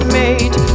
made